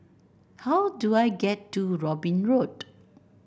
how do I get to Robin Road